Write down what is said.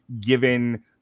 given